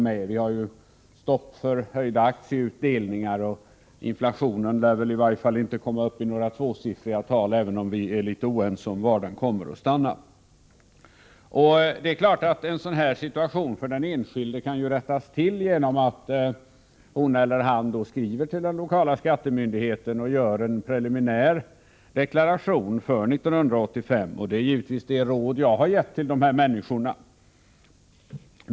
Det är stopp för höjda aktieutdelningar, och inflationen lär väl inte komma upp i några tvåsiffriga tal, även om vi är litet oense om var den kommer att stanna. Det är klart att en sådan situation för den enskilde kan rättas till genom att han skriver till den lokala skattemyndigheten och gör en preliminär deklaration för 1985. Det är givetvis det råd jag har gett till dessa människor.